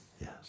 Yes